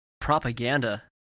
propaganda